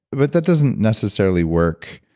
but that doesn't necessarily work,